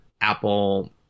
apple